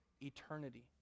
eternity